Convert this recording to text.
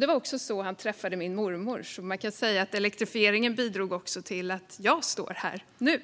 Det var också så han träffade min mormor, så man kan säga att elektrifieringen även bidrog till att jag står här nu.